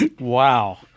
Wow